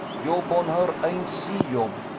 yob on her ain't sea yob.